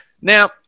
Now